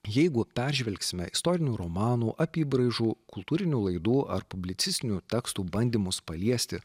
jeigu peržvelgsime istorinių romanų apybraižų kultūrinių laidų ar publicistinių tekstų bandymus paliesti